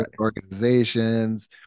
organizations